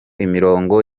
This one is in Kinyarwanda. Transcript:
imirongo